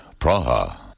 Praha